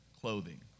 clothing